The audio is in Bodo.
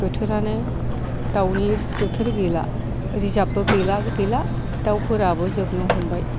बोथोरानो दावनि बोथोर गैला रिजाबबो गैला गैला दावफोराबो जोबनो हमबाय